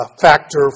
factor